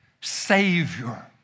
savior